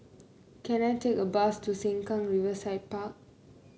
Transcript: can I take a bus to Sengkang Riverside Park